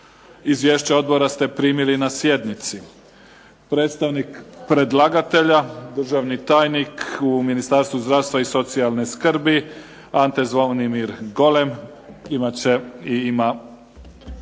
Izvješća odbora primili ste na sjednici. Predstavnik predlagatelja državni tajnik u Ministarstvu zdravstva i socijalne skrbi Ante Zvonimir Golem ima priliku